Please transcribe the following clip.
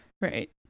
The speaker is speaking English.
Right